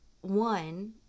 one